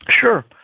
Sure